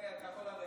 זהו, אתה יכול לרדת.